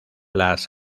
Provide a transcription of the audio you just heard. las